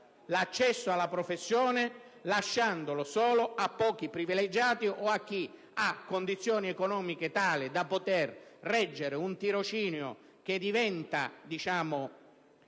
l'accesso alla professione, lasciandolo solo a pochi privilegiati o a chi ha condizioni economiche tali da poter reggere un tirocinio che diventa anch'esso